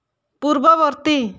ପୂର୍ବବର୍ତ୍ତୀ